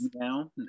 down